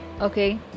okay